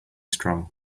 strong